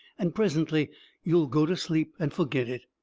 and presently you will go to sleep and forget it.